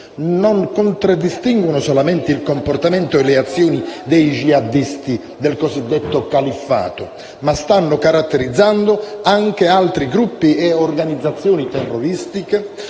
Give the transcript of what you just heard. non contraddistinguono solamente il comportamento e le azioni dei jihadisti del cosiddetto califfato, ma stanno caratterizzando anche altri gruppi e organizzazioni terroristiche,